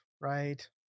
right